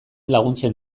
laguntzen